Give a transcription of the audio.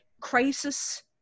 crisis